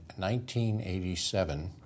1987